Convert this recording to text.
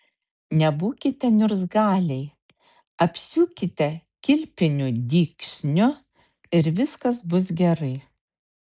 nebūkite niurzgaliai apsiūkite kilpiniu dygsniu ir viskas bus gerai